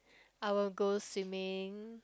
I will go swimming